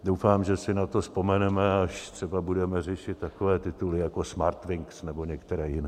Doufám, že si na to vzpomeneme, až třeba budeme řešit takové tituly jako SmartWings nebo některé jiné.